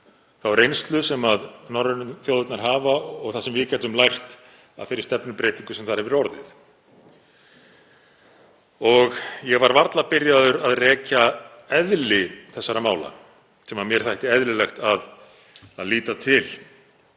þá reynslu sem norrænu þjóðirnar hafa og það sem við gætum lært af þeirri stefnubreytingu sem þar hefur orðið. Og ég var varla byrjaður að rekja eðli þessara mála sem mér þætti eðlilegt að líta til